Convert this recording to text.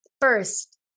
first